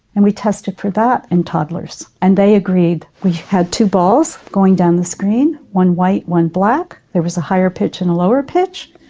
and we tested for that in and toddlers, and they agreed. we had two balls going down the screen, one white, one black. there was a higher pitch and a lower pitch.